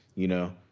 you know.